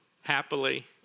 happily